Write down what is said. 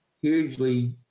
hugely